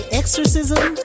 exorcism